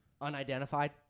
unidentified